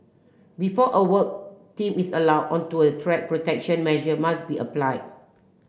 before a work team is allowed onto a track protection measure must be applied